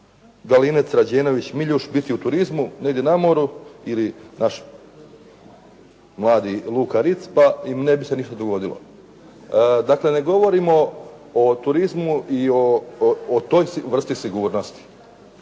Galinec, Rađenović, Miljuš biti u turizmu, negdje na moru ili naš mladi Luka Ritz, pa im ne bi se ništa dogodilo. Dakle, ne govorimo o turizmu i o toj vrsti sigurnosti.